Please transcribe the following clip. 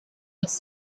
was